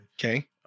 Okay